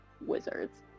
wizards